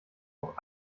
auf